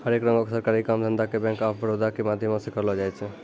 हरेक रंगो के सरकारी काम धंधा के बैंक आफ बड़ौदा के माध्यमो से करलो जाय छै